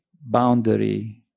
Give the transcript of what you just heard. boundary